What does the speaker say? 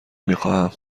میخواهم